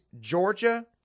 Georgia